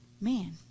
Man